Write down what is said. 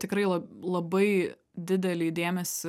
tikrai lab labai didelį dėmesį